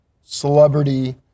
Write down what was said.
celebrity